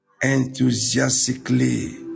enthusiastically